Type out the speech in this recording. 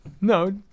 No